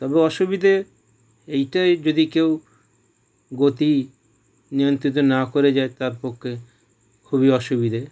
তবে অসুবিধে এইটাই যদি কেউ গতি নিয়ন্ত্রিত না করে যায় তার পক্ষে খুবই অসুবিধে